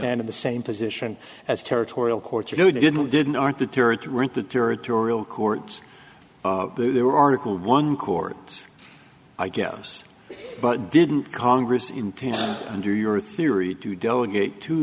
and in the same position as territorial courts you know didn't didn't aren't the tourist route the territorial courts there were article one courts i guess but didn't congress intend under your theory to delegate to